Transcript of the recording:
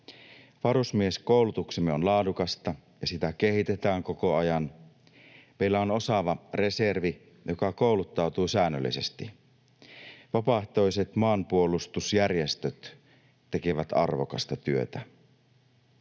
Varusmieskoulutuksemme on laadukasta, ja sitä kehitetään koko ajan. Meillä on osaava reservi, joka kouluttautuu säännöllisesti. Vapaaehtoiset maanpuolustusjärjestöt tekevät arvokasta työtä.